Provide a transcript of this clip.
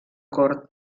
cort